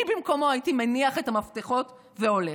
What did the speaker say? אני במקומו הייתי מניח את המפתחות והולך.